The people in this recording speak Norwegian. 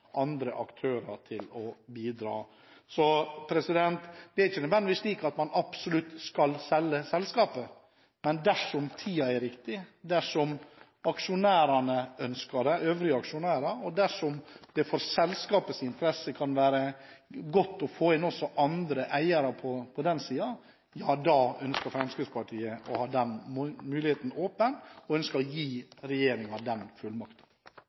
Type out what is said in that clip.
andre aktører som kan bidra. Så det er ikke nødvendigvis slik at man absolutt skal selge selskapet, men dersom tiden er riktig, dersom aksjonærene ønsker det – øvrige aksjonærer – og dersom det kan være i selskapets interesse å få inn også andre eiere, da ønsker Fremskrittspartiet å ha den muligheten åpen, og ønsker å gi regjeringen den